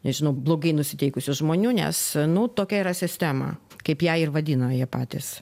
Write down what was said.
nežinau blogai nusiteikusių žmonių nes nu tokia yra sistema kaip ją ir vadina jie patys